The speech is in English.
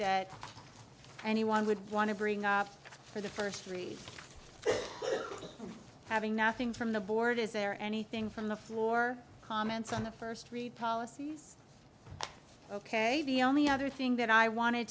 that anyone would want to bring up for the first three having nothing from the board is there anything from the floor comments on the first read policies ok the only other thing that i wanted